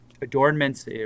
adornments